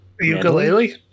ukulele